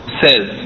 says